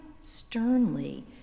sternly